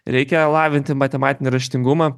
reikia lavinti matematinį raštingumą